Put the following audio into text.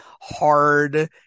hard